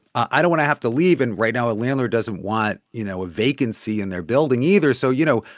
i don't want to have to leave. and right now a landlord doesn't want, you know, a vacancy in their building either. so you know,